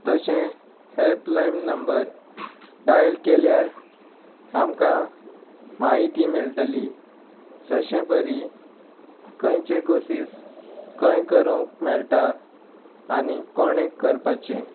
तशें help line number dial केल्यार आमकां म्हायती मेळटली जशें परी खंयचे कॉसीस खंय करूंक मेळटा आनी कोणे करपाचें